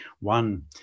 one